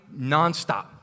nonstop